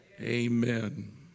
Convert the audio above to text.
Amen